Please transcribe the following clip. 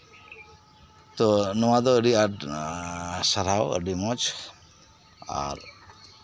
ᱛᱚ ᱱᱚᱶᱟ ᱫᱚ ᱟᱰᱤ ᱟᱸᱴ ᱥᱟᱨᱦᱟᱣ ᱟᱰᱤ ᱢᱚᱸᱡᱽ ᱟᱨ